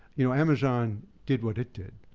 you know amazon did what it did.